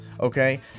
Okay